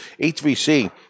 HVC